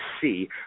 see